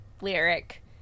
lyric